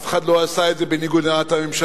אף אחד לא עשה את זה בניגוד לעמדת הממשלה.